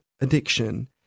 addiction